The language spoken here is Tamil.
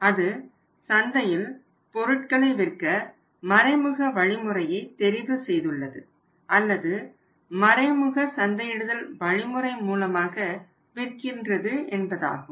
அது சந்தையில் பொருட்களை விற்க மறைமுக வழிமுறையை தெரிவு செய்துள்ளது அல்லது மறைமுக சந்தையிடுதல் வழிமுறை மூலமாக விற்கிறது என்பதாகும்